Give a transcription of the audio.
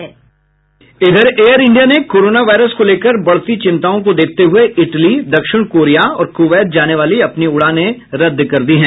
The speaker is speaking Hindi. एयर इंडिया ने कोरोना वायरस को लेकर बढ़ती चिंताओं को देखते हुए इटली दक्षिण कोरिया और क्वैत जाने वाली अपनी उड़ानें रद्द कर दी हैं